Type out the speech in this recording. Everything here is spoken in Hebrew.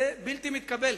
זה בלתי מתקבל.